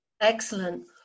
excellent